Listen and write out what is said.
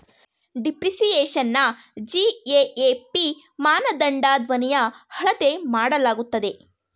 ಡಿಪ್ರಿಸಿಯೇಶನ್ನ GAAP ಮಾನದಂಡದನ್ವಯ ಅಳತೆ ಮಾಡಲಾಗುತ್ತದೆ